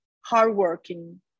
hardworking